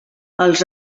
els